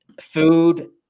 food